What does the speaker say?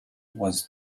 was